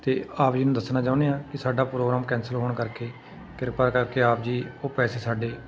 ਅਤੇ ਆਪ ਜੀ ਨੂੰ ਦੱਸਣਾ ਚਾਹੁੰਦੇ ਹਾਂ ਕਿ ਸਾਡਾ ਪ੍ਰੋਗਰਾਮ ਕੈਂਸਲ ਹੋਣ ਕਰਕੇ ਕਿਰਪਾ ਕਰਕੇ ਆਪ ਜੀ ਉਹ ਪੈਸੇ ਸਾਡੇ